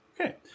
Okay